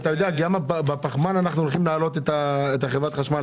הרי גם בפחמן אנחנו הולכים להעלות לחברת החשמל,